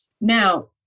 Now